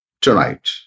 tonight